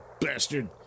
bastard